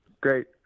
Great